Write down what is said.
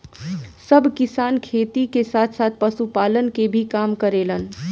सब किसान खेती के साथ साथ पशुपालन के काम भी करेलन